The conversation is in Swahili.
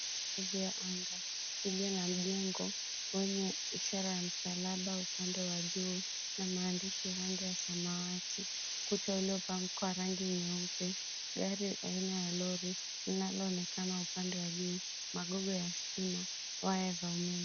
.. ya anga iliyo na mjengo wenye ishara ya msalaba upande wa juu na maandishi rangi ya samawati. Ukuta uliopakwa rangi nyeupe , gari aina ya lori linaloonekana upande wa juu, magogo ya stima, waya za umeme.